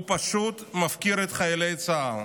הוא פשוט מפקיר את חיילי צה"ל.